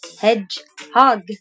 Hedgehog